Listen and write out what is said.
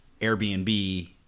Airbnb